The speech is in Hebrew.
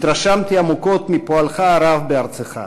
התרשמתי עמוקות מפועלך הרב בארצך,